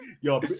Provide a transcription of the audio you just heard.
Yo